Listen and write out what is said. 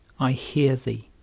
i hear thee,